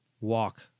walk